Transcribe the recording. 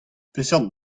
peseurt